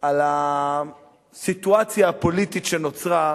על הסיטואציה הפוליטית שנוצרה,